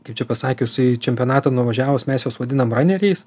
kaip čia pasakius į čempionatą nuvažiavus mes juos vadinam raneriais